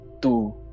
two